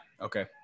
okay